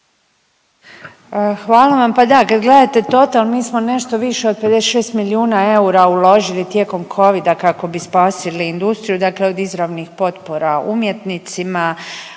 Hvala vam, pa da kad gledate total, mi smo nešto više od 56 milijuna eura uložili tijekom covida kako bi spasili industriju, dakle od izravnih potpora umjetnicima,